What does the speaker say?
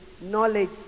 knowledge